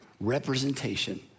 representation